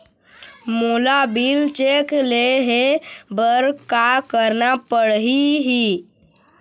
मोला bill check ले हे बर का करना पड़ही ही?